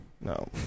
No